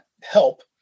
help